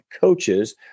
coaches